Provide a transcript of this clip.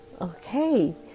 Okay